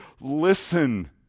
listen